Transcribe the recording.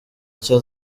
nshya